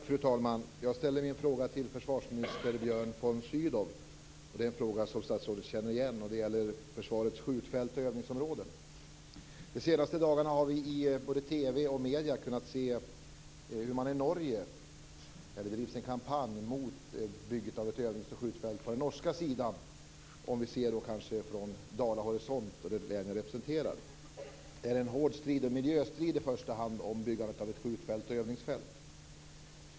Fru talman! Jag ställer min fråga till försvarsminister Björn von Sydow. Det är en fråga som statsrådet känner igen. Den gäller försvarets skjutfält och övningsområden. De senaste dagarna har vi i både TV och övriga medier kunnat se hur det i Norge bedrivs en kampanj mot bygget av ett övnings och skjutfält på den norska sidan, sett ur dalahorisont. Det är det län som jag representerar. Det pågår en hård miljöstrid om byggandet av ett skjutfält och övningsfält.